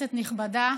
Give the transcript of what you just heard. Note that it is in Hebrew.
כנסת נכבדה,